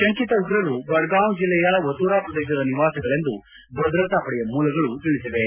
ತಂಕಿತ ಉಗ್ರರು ಬಡಗಾಂವ್ ಜಿಲ್ಲೆಯ ವತೂರಾ ಪ್ರದೇಶದ ನಿವಾಸಿಗಳೆಂದು ಭದ್ರತಾಪಡೆಯ ಮೂಲಗಳು ತಿಳಿಸಿವೆ